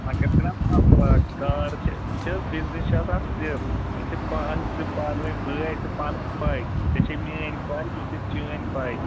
اَتیٚتھ چھِناہ مسلہٕ اَکھ کار چھِ وُچھ حظ بِزنِس چھِ آسان سِر یہِ چھِ پان أسی چھِ پانہٕ وٕنۍ بٲے أسۍ چھِ پَانس پےَ ژےٚ چھےٚ میٛٲنۍ پےَ مےٚ چھِ چٲنۍ پےَ